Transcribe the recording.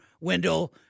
window